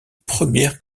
première